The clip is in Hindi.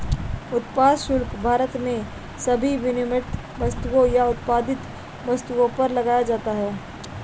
उत्पाद शुल्क भारत में सभी विनिर्मित वस्तुओं या उत्पादित वस्तुओं पर लगाया जाता है